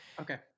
Okay